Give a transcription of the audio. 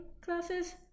classes